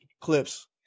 clips